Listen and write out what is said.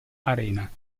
arena